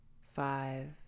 five